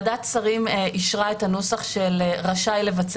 קיומו או לזיהוי קיומו של חומר זר ובדיקות